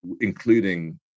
including